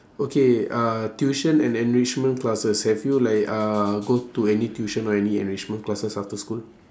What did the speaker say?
okay uh tuition and enrichment classes have you like uh go to any tuition or any enrichment classes after school